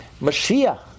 Mashiach